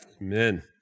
Amen